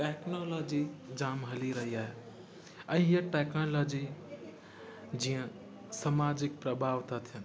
technology जाम हली रही आहे ऐं हीअ टेक्नोलॉजी जीअं समाजिक प्रभाव त थियनि